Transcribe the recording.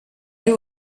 you